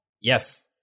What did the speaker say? yes